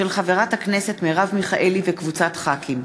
מאת חברי הכנסת אברהם מיכאלי ויעקב מרגי,